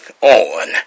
on